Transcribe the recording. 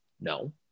No